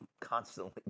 constantly